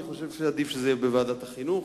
אני חושב שעדיף שזה יהיה בוועדת החינוך.